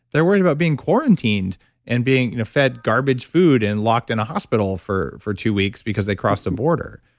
they're worried about being quarantined and being fed garbage food and locked in a hospital for for two weeks because they crossed a border.